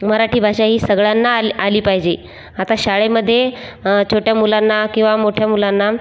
मराठी भाषा ही सगळ्यांना आल् आली पायजे आता शाळेमधे छोट्या मुलांना किंवा मोठ्या मुलांना